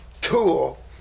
tool